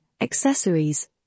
accessories